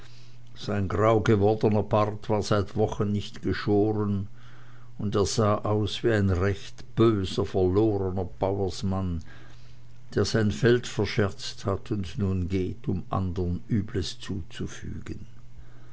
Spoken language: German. sein grau gewordener bart war seit wochen nicht geschoren und er sah aus wie ein recht böser verlorener bauersmann der sein feld verscherzt hat und nun geht um andern übles zuzufügen